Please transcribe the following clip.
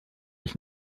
ich